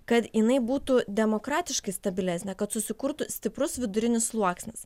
kad jinai būtų demokratiškai stabilesnė kad susikurtų stiprus vidurinis sluoksnis